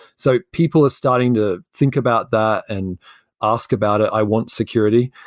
so people are starting to think about that and ask about it, i want security.